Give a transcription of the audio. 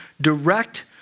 direct